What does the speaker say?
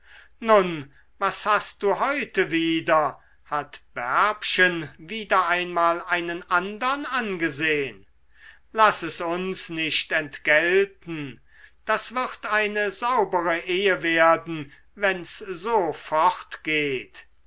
nun was hast du heute wieder hat bärbchen wieder einmal einen andern angesehn laß es uns nicht entgelten das wird eine saubere ehe werden wenn's